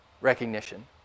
recognition